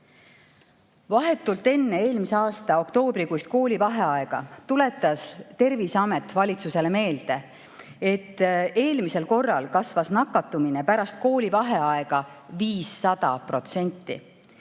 Vahetult enne eelmise aasta oktoobrikuist koolivaheaega tuletas Terviseamet valitsusele meelde, et eelmisel korral kasvas nakatumine pärast koolivaheaega 500%.